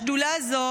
השדולה הזאת